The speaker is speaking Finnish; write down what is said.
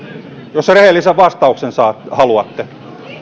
jos rehellisen vastauksen haluatte